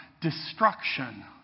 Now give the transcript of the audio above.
destruction